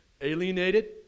alienated